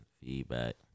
Feedback